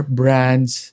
brands